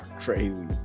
crazy